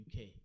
UK